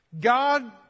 God